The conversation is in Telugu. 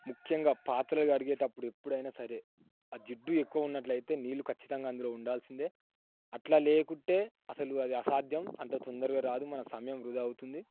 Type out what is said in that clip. ముఖ్యంగా పాత్రలు కడిగేటప్పుడు ఎప్పుడైనా సరే ఆ జిడ్డు ఎక్కువ ఉన్నట్లయితే నీళ్ళు ఖచ్చితంగా అందులో ఉండాల్సిందే అట్లా లేకుంటే అసలు అది అసాధ్యం అంత తొందరగా రాదు మన సమయం వృథా అవుతుంది